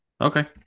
Okay